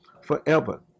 forever